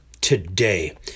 today